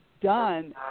done